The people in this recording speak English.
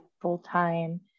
full-time